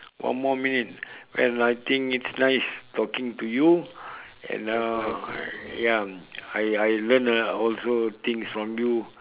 one more minute well I think it's nice talking to you and uh ya I I learn uh also things from you